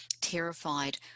terrified